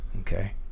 okay